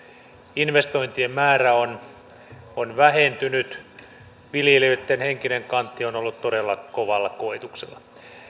investointien määrä on on vähentynyt viljelijöitten henkinen kantti on ollut todella kovalla koetuksella